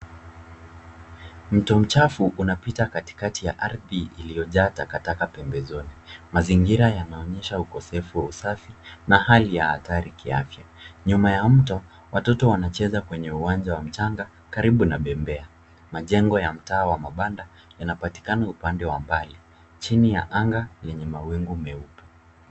Mto mchafu unapita katikati ya ardhi iliyojaa takataka pembezoni .Mazingira yanaonyesha ukosefu wa usafi na hali ya hatari kiafya. Nyuma ya mto watoto wanacheza kwenye uwanja wa mchanga karibu na bembea. Majengo ya mtaa wa mabanda yanapatikana upande wa mbali chini ya anga yenye mawingu meupe.